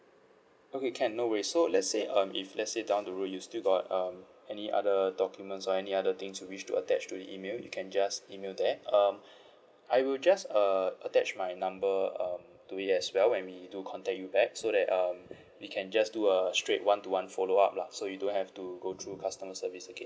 okay can no worries so let's say um if let's say down the road you still got um any other documents or any other things you wish to attach to the email you can just email there um I will just uh attach my number um to it as well when we do contact you back so that um we can just do a straight one to one follow up lah so you don't have to go through customer service again